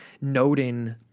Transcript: noting